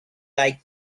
like